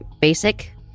basic